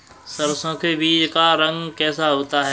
सरसों के बीज का रंग कैसा होता है?